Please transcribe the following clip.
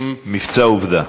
מבצע "עובדה".